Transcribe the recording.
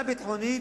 ביטחונית